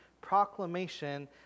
Proclamation